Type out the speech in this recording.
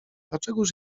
dlaczegóż